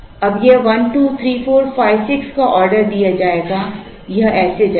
अब यह 1 2 3 4 5 6 का ऑर्डर दिया जाएगा यह ऐसे जाएगा